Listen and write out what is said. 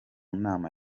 nama